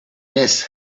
miss